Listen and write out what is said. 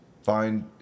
find